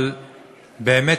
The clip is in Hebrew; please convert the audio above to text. אבל באמת,